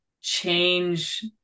change